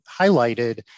highlighted